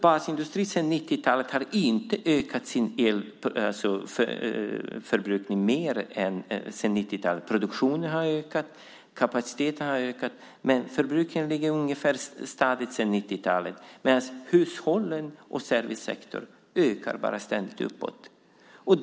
Basindustrin har sedan 90-talet inte ökat sin elförbrukning. Produktionen har ökat, kapaciteten har ökat men förbrukningen ligger stadigt sedan 90-talet. För hushållen och servicesektorn ökar det ständigt uppåt.